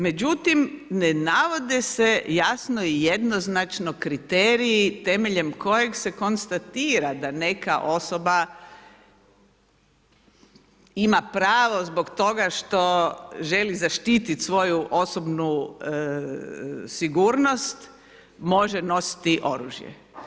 Međutim, ne navode se jasno i jednoznačno kriteriji temeljem kojeg se konstatira da neka osoba ima pravo zbog toga što želi zaštititi svoju osobnu sigurnost može nositi oružje.